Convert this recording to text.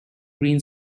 green